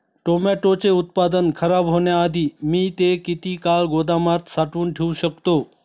टोमॅटोचे उत्पादन खराब होण्याआधी मी ते किती काळ गोदामात साठवून ठेऊ शकतो?